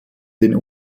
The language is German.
den